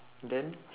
then